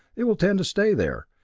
it will tend to stay there,